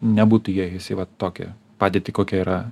nebūtų įėjus į va tokią padėtį kokia yra